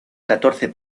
catorce